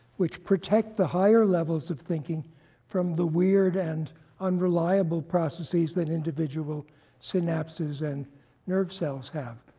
which protect the higher levels of thinking from the weird and unreliable processes that individual synapses and nerve cells have.